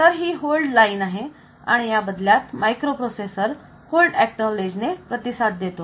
तर ही hold line आहे आणि या बदल्यात मायक्रोप्रोसेसर होल्ड एकनॉलेज ने प्रतिसाद देतो